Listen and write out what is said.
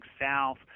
south